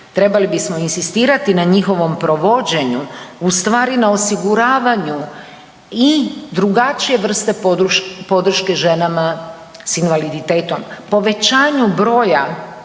trebali bismo insistirati na njihovom provođenju, ustvari na osiguravanju i drugačije vrste podrške ženama s invaliditetom,